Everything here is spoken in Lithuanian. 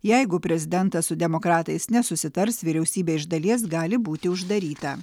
jeigu prezidentas su demokratais nesusitars vyriausybė iš dalies gali būti uždaryta